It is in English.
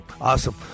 awesome